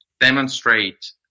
demonstrate